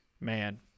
Man